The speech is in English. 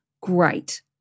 great